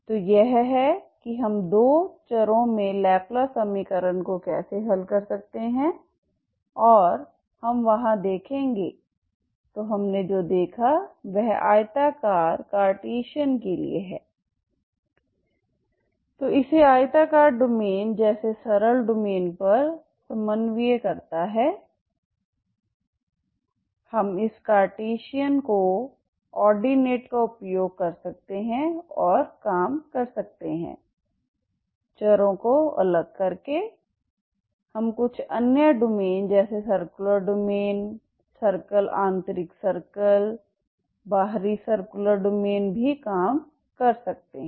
तो यह है कि हम दो चरों में लैपलेस समीकरण को कैसे हल कर सकते हैं और हम वहां देखेंगे तो हमने जो देखा है वह आयताकार कार्टेशियन के लिए है जो इसे आयताकार डोमेन जैसे सरल डोमेन पर समन्वयित करता है हम इस कार्टेशियन को ऑर्डिनेट का उपयोग कर सकते हैं और काम कर सकते हैं चरों को अलग करके हम कुछ अन्य डोमेन जैसे सर्कुलर डोमेन सर्कल आंतरिक सर्कल बाहरी सर्कुलर डोमेन भी काम कर सकते हैं